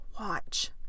watch